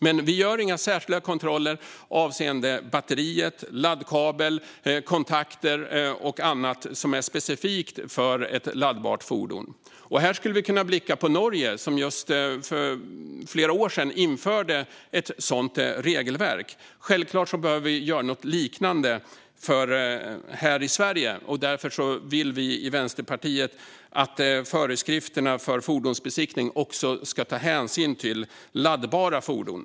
Men det görs inga särskilda kontroller avseende batteri, laddkabel, kontakter och annat som är specifikt för ett laddbart fordon. Här skulle vi kunna titta på Norge. De införde för flera år sedan ett sådant regelverk. Självklart behöver vi göra något liknande här i Sverige. Därför vill vi i Vänsterpartiet att föreskrifterna för fordonsbesiktning också ska ta hänsyn till laddbara fordon.